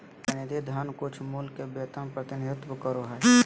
प्रतिनिधि धन कुछमूल्य के वेतन प्रतिनिधित्व करो हइ